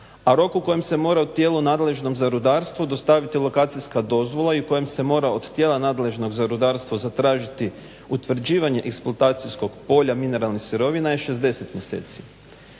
a rok u kojem se mora tijelu nadležnom za rudarstvu dostaviti lokacijska dozvola i kojem se mora od tijela nadležnog za rudarstvo zatražiti utvrđivanje eksploatacijskog polja mineralne sirovine je 60 mjeseci.